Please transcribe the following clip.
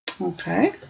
Okay